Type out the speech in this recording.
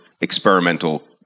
experimental